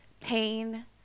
pain